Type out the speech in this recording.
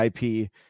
IP